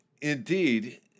indeed